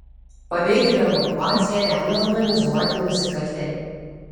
pabėgėlių evakuaciją remia organizuoti nusikaltėliai